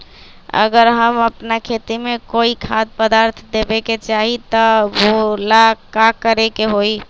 अगर हम अपना खेती में कोइ खाद्य पदार्थ देबे के चाही त वो ला का करे के होई?